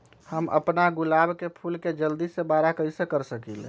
हम अपना गुलाब के फूल के जल्दी से बारा कईसे कर सकिंले?